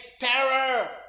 terror